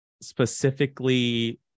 specifically